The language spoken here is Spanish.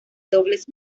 dobles